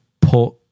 put